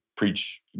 preach